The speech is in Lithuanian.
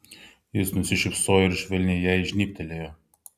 jis nusišypsojo ir švelniai jai žnybtelėjo